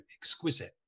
exquisite